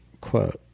quote